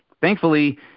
Thankfully